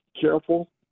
careful